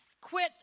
quit